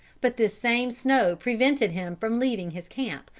but this same snow prevented him from leaving his camp,